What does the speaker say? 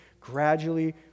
gradually